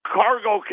cargo